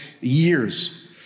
years